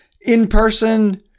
in-person